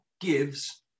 gives